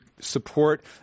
support